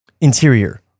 Interior